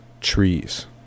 trees